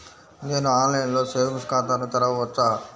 నేను ఆన్లైన్లో సేవింగ్స్ ఖాతాను తెరవవచ్చా?